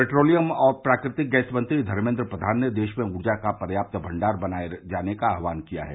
petroleum और प्राकृतिक gas मंत्री धर्मेंद्र प्रघान ने देश में ऊर्जा का पर्याप्त भंडार बनाए जाने का आह्वान किया है